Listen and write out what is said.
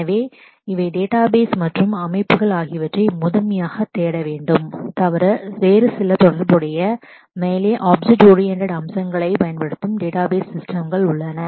எனவே இவை டேட்டாபேஸ் மற்றும் அமைப்புகள் அவற்றோடு வேறுசில டேட்டாபேஸ் சிஸ்டம்களான ஆப்ஜெக்ட் ஓரியன்டேட் அம்சங்களைப் பயன்படுத்தும் டேட்டாபேஸ் சிஸ்டமை முதன்மையாக தேட வேண்டும்